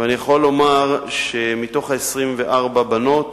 אני יכול לומר שמתוך 24 הבנות,